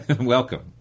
Welcome